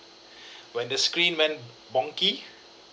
when the screen went wonky